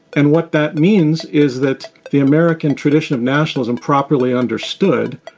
and what that means is that the american tradition of nationalism, properly understood,